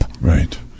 Right